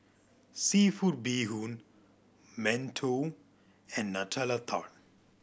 seafood bee hoon mantou and Nutella Tart